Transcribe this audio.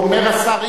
אומר השר,